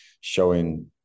showing